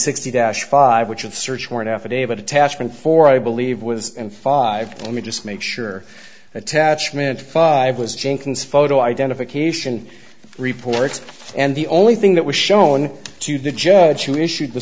sixty dash five which of the search warrant affidavit attachment for i believe was and five let me just make sure attachment five was jenkins photo identification reports and the only thing that was shown to the judge who issued t